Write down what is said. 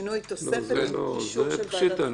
שאפשר יהיה להאריך --- אתם רוצים שנצא לרגע החוצה?